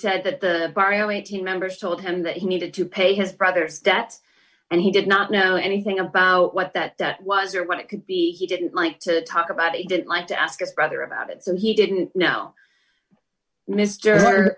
said that the barrio eighteen members told him that he needed to pay his brother's debt and he did not know anything about what that was or what it could be he didn't like to talk about it he didn't like to ask us brother about it so he didn't know m